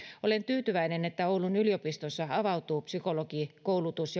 olen tyytyväinen että oulun yliopistossa avautuu psykologikoulutus